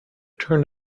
turned